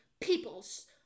People's